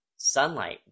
Sunlight